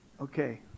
Okay